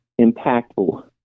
impactful